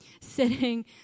sitting